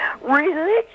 religion